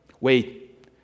Wait